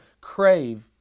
crave